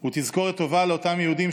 הוא תזכורת טובה לאותם יהודים,